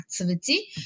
activity